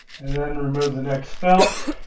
and then remove the next felt